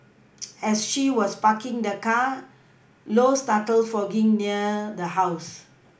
as she was parking the car low started fogging near the house